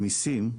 המסים,